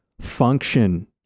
function